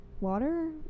water